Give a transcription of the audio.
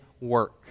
work